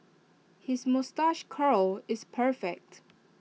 his moustache curl is perfect